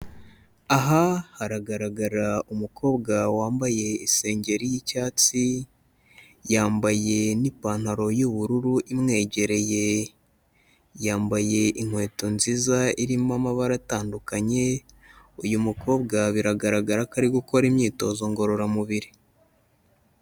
Aha haragaragara umukobwa wambaye isengeri y'icyatsi, yambaye n'ipantaro y'ubururu imwegereye, yambaye inkweto nziza irimo amabara atandukanye, uyu mukobwa biragaragara ko ari gukora imyitozo ngororamubiri.